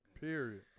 Period